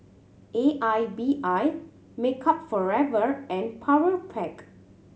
A I B I Makeup Forever and Powerpac